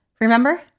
remember